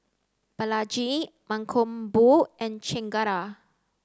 Balaji Mankombu and Chengara